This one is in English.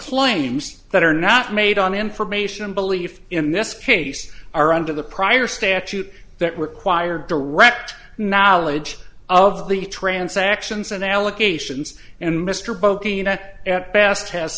claims that are not made on information belief in this case are under the prior statute that require direct knowledge of the transactions and allegations and mr